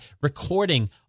recording